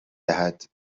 دهد